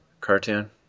cartoon